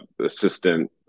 assistant